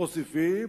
מוסיפים,